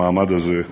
במעמד הזה,